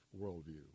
worldview